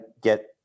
get